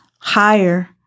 higher